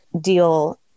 deal